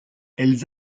elles